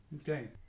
Okay